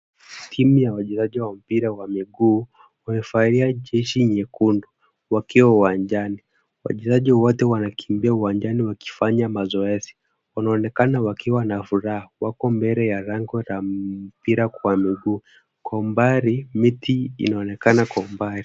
Timu ya wachezaji wa mpira wa miguu wamevalia jezi nyekundu wakiwa uwanjani wakifanya mazoezi. Wanaonekana wakiwa na furaha. Wako mbele ya lango la mpira wa miguu. Kwa umbali, miti inaonekana kwa umbali.